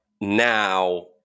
now